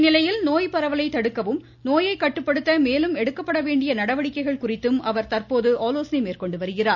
இந்நிலையில் நோய் பரவலை தடுக்கவும் நோயை கட்டுப்படுத்த மேலும் எடுக்கப்பட வேண்டிய நடவடிக்கைகள் குறித்து அவர் தற்போது ஆலோசனை மேந்கொண்டு வருகிறார்